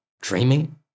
dreaming